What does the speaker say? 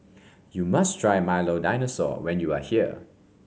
you must try Milo Dinosaur when you are here